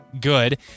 good